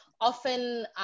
often